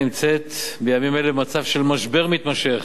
נמצאת בימים אלה במצב של משבר מתמשך